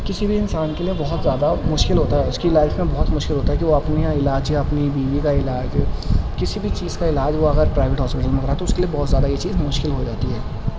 کسی بھی انسان کے لیے بہت زیادہ مشکل ہوتا ہے اس کی لائف میں بہت مشکل ہوتا ہے کہ وہ اپنے یا علاج یا اپنی بیوی کا علاج کسی بھی چیز کا علاج وہ اگر پرائیویٹ ہاسپٹل میں کرائے تو اس کے لیے بہت زیادہ یہ چیز مشکل ہو جاتی ہے